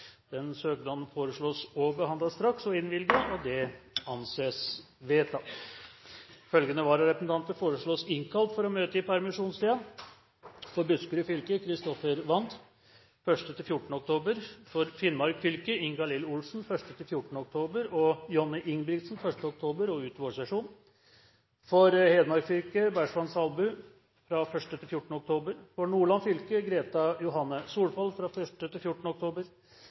søknaden foreslås behandlet straks og innvilget. – Det anses vedtatt. Følgende vararepresentanter foreslås innkalt for å møte i permisjonstiden slik: For Buskerud fylke: Christopher Wand 1.–14. oktober For Finnmark fylke: Ingalill Olsen 1.–14. oktober og Johnny Ingebrigtsen 1. oktober og ut vårsesjonen For Hedmark fylke: Bersvend Salbu 1.–14. oktober For Nordland fylke: Greta Johanne Solfall 1.–14. oktober For Sogn og Fjordane fylke: Bjørn Erik Hollevik 1.–14. oktober